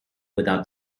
without